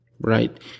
Right